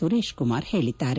ಸುರೇಶ್ ಕುಮಾರ್ ಹೇಳಿದ್ದಾರೆ